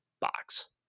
box